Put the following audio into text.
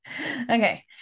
Okay